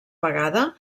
vegada